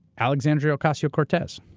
alexandria ocasio-cortez,